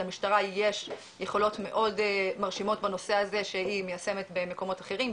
למשטרה יש יכולות מאוד מרשימות בנושא הזה שהיא מיישמת במקומות אחרים,